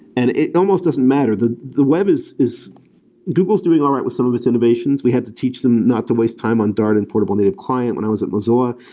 and it almost doesn't matter. the the web is is google is doing all right with some of its innovations. we had to teach them not to waste time on dart and portable native client when i was at mozilla.